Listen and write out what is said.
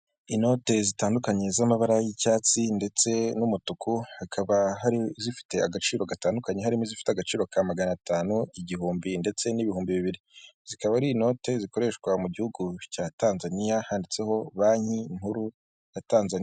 Inote zitandukanye z'amabara y'icyatsi ndetse n'umutuku hakaba hari izifite agaciro gatandukanye ,harimo izifite agaciro ka magana atanu ,igihumbi ndetse n'ibihumbi bibiri zikaba ari inote zikoreshwa mu gihugu cya Tanzania handitseho banki nkuru ya Tanzania.